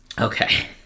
Okay